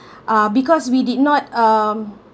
uh because we did not um